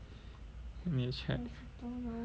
你 check